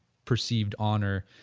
perceived honor.